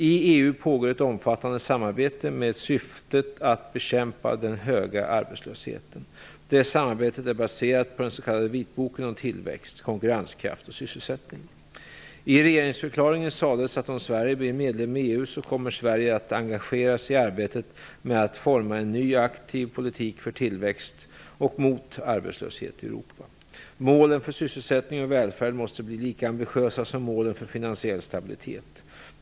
I EU pågår ett omfattande samarbete med syfte att bekämpa den höga arbetslösheten. Detta samarbete är baserat på den s.k. Vitboken om tillväxt, konkurrenskraft och sysselsättning. I regeringsförklaringen sades att om Sverige blir medlem i EU, kommer Sverige att engagera sig i arbetet med att forma en ny, aktiv politik för tillväxt och mot arbetslöshet i Europa. Målen för sysselsättning och välfärd måste bli lika ambitiösa som målen för finansiell stabilitet.